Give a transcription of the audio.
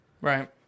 Right